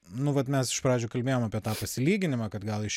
nu vat mes iš pradžių kalbėjom apie tą pasilyginimą kad gal iš